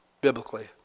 biblically